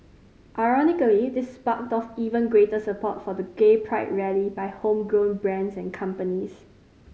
ironically this sparked off even greater support for the gay pride rally by homegrown brands and companies